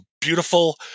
beautiful